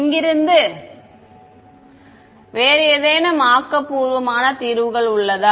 இங்கிருந்து வேறு ஏதேனும் ஆக்கபூர்வமான தீர்வுகள் உள்ளதா